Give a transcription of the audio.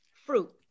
Fruit